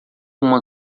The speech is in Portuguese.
uma